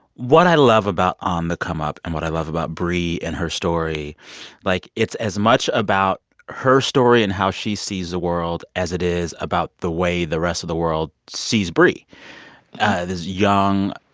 what i love about on the come up and what i love about bri and her story like, it's as much about her story and how she sees the world as it is about the way the rest of the world sees bri this young,